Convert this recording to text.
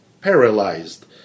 paralyzed